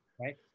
Right